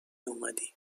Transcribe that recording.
اومدی